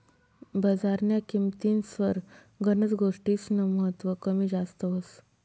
बजारन्या किंमतीस्वर गनच गोष्टीस्नं महत्व कमी जास्त व्हस